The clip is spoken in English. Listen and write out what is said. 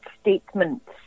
statements